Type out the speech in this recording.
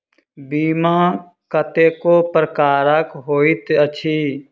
बीमा कतेको प्रकारक होइत अछि